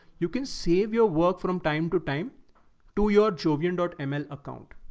you can save your work from time to time to your jovian but and ml account,